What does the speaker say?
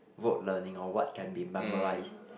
rote learning or what can be memorised